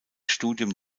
studium